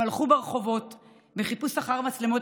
הם הלכו ברחובות בחיפוש אחר מצלמות